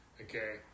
Okay